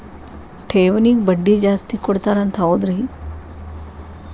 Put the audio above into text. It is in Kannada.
ಠೇವಣಿಗ ಬಡ್ಡಿ ಜಾಸ್ತಿ ಕೊಡ್ತಾರಂತ ಹೌದ್ರಿ?